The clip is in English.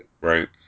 Right